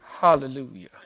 Hallelujah